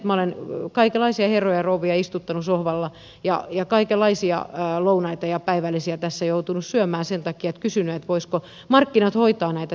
minä olen kaikenlaisia herroja ja rouvia istuttanut sohvalla ja kaikenlaisia lounaita ja päivällisiä tässä joutunut syömään sen takia että olen kysynyt voisivatko markkinat hoitaa näitä tehtäviä